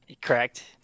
Correct